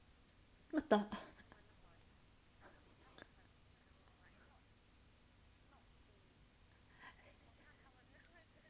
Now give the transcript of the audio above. what the